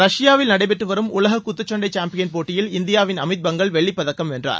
ரஷ்யாவில் நடைபெற்று வரும் உலக குத்துச்சண்டை சாம்பியன் போட்டியில் இந்தியாவின் அமித் பங்கல் வெள்ளி பதக்கம் வென்றார்